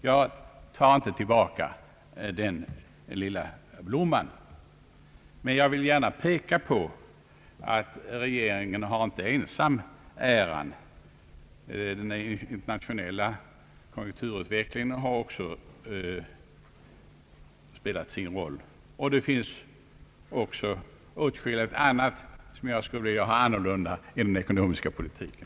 Jag tar inte tillbaka den lilla blomman, men jag vill gärna påpeka att regeringen har inte ensam äran härför; den internationella konjunkturutvecklingen har också spelat sin roll. Det finns dessutom åtskilligt annat som jag skulle vilja ha annorlunda i den ekonomiska politiken.